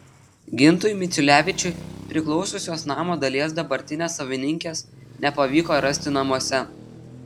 gintui miciulevičiui priklausiusios namo dalies dabartinės savininkės nepavyko rasti namuose